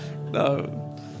no